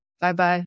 Bye-bye